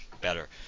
better